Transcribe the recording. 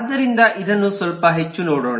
ಆದ್ದರಿಂದ ಇದನ್ನು ಸ್ವಲ್ಪ ಹೆಚ್ಚು ನೋಡೋಣ